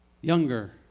younger